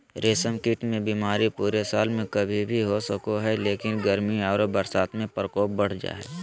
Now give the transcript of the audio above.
रेशम कीट मे बीमारी पूरे साल में कभी भी हो सको हई, लेकिन गर्मी आरो बरसात में प्रकोप बढ़ जा हई